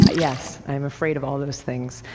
ah yes, i'm afraid of all those things.